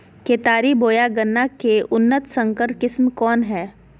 केतारी बोया गन्ना के उन्नत संकर किस्म कौन है?